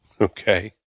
okay